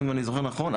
אם אני זוכר נכון,